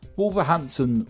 Wolverhampton